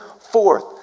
forth